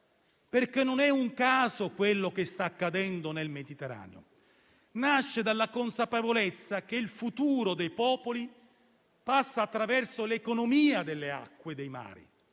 Non è un caso, infatti, quanto sta accadendo nel Mediterraneo: nasce dalla consapevolezza che il futuro dei popoli passa attraverso l'economia delle acque dei mari;